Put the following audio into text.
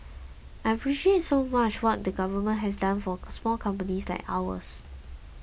I appreciate so much what the government has done for small companies like ours